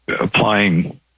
applying